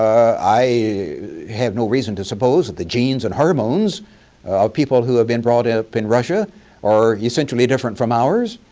i have no reason to suppose that the genes and hormones of people who have been brought up in russia are essentially different from ours.